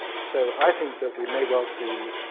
so i think that we may well see,